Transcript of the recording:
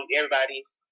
everybody's